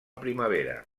primavera